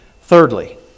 Thirdly